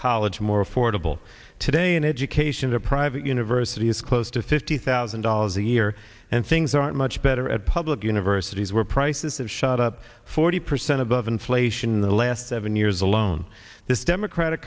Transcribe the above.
college more affordable today in education the private university is close to fifty thousand dollars a year and things aren't much better at public universities where prices have shot up forty percent above inflation in the last seven years alone this democratic